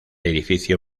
edificio